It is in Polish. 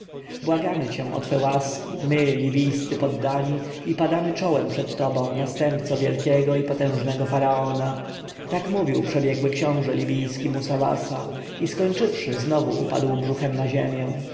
błagamy cię o twe łaski my libijscy poddani i padamy czołem przed tobą następco wielkiego i potężnego faraona tak mówił przebiegły książę libijski musawasa i skończywszy znowu upadł brzuchem na ziemię